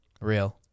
Real